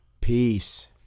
Peace